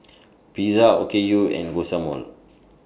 Pizza Okayu and Guacamole